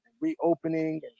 reopening